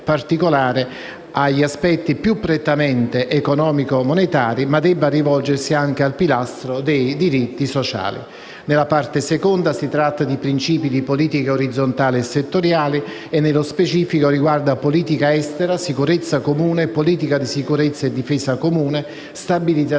La parte seconda tratta principi di politica orizzontale e settoriale e, nello specifico, riguarda politica estera, sicurezza comune, politica di sicurezza e difesa comune e stabilizzazione della democratizzazione.